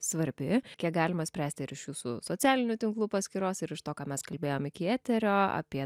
svarbi kiek galima spręsti ir iš jūsų socialinių tinklų paskyros ir iš to ką mes kalbėjom iki eterio apie